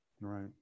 Right